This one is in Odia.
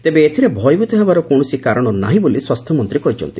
ତେବେ ଏଥିରେ ଭୟଭୀତ ହେବାର କୌଣସି କାରଣ ନାହିଁ ବୋଲି ସ୍ୱାସ୍ଥ୍ୟମନ୍ତ୍ରୀ କହିଛନ୍ତି